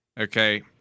Okay